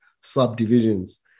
subdivisions